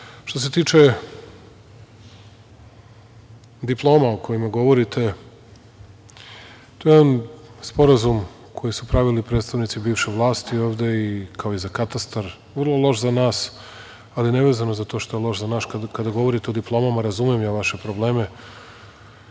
se tiče diploma o kojima govorite, to je sporazum koji su pravili predstavnici bivše vlasti, ovde, kao i za katastar, vrlo loš za nas, ali ne vezano za to što je loš za nas, kada govorite o diplomama, razumem ja vaše probleme,